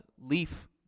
leaf